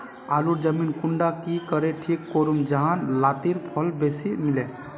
आलूर जमीन कुंडा की करे ठीक करूम जाहा लात्तिर फल बेसी मिले?